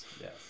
Yes